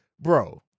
bro